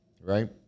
right